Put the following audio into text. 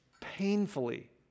painfully